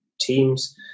teams